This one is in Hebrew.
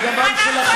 אנחנו על גבם של אנשים?